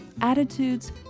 attitudes